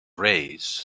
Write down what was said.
race